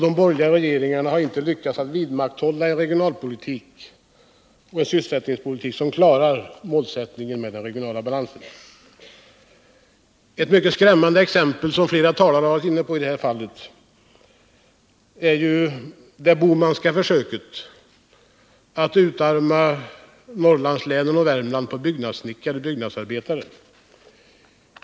De borgerliga regeringarna har uppenbarligen inte lyckats att vidmakthålla en regionalpolitik och en sysselsättningspolitik som klarar målsättningen då det gäller den regionala balansen. Ett mycket skrämmande exempel på detta, som flera talare varit inne på, är det Bohmanska försöket att utarma Norrlandslänen och Värmland på byggnadsarbetare.